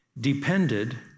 depended